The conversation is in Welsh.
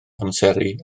amseru